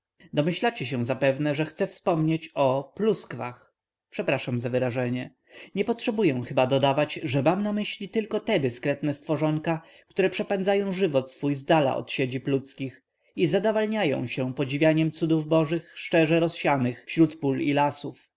domyślacie się zapewne że chcę wspomnieć o pluskwach przepraszam za wyrażenie nie potrzebuję chyba dodawać że mam na myśli tylko te dyskretne stworzonka które przepędzają żywot swój zdala od siedzib ludzkich i zadawalniają się podziwianiem cudów bożych szczodrze rozsianych wśród pól i lasów